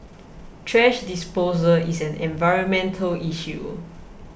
thrash disposal is an environmental issue